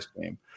game